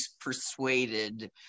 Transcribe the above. persuaded